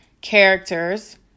characters